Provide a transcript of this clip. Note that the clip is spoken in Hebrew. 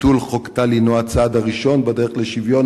ביטול חוק טל הינו הצעד הראשון בדרך לשוויון